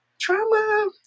trauma